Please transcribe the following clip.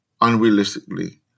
unrealistically